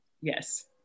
Yes